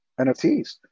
NFTs